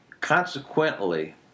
consequently